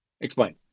Explain